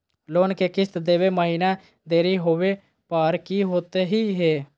Loan के किस्त देवे महिना देरी होवे पर की होतही हे?